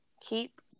Keep